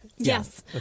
Yes